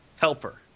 Helper